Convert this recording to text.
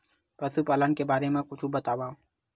पशुपालन के बारे मा कुछु बतावव?